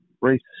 race